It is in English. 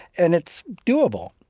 and it's doable.